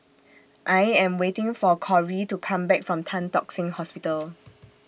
I Am waiting For Cori to Come Back from Tan Tock Seng Hospital